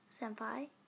senpai